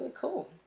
cool